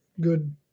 good